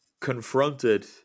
confronted